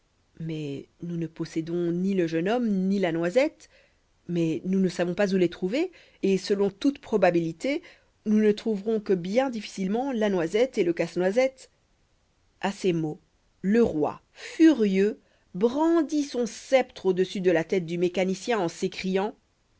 mais nous ne possédons ni le jeune homme ni la noisette mais nous ne savons pas où les trouver et selon toute probabilité nous ne trouverons que bien difficilement la noisette et le casse-noisette a ces mots le roi furieux brandit son sceptre au-dessus de la tête du mécanicien en s'écriant